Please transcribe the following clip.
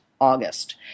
August